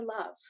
love